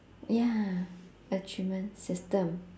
ya achievement system